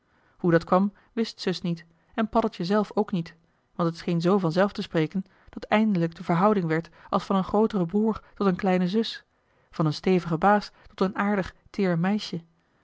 hoe dat kwam wist zus niet en paddeltje zelf ook niet maar het scheen zoo vanzelf te spreken dat eindelijk de verhouding werd als van een grooten broer tot een kleine zus van een stevigen baas tot een aardig teer meisje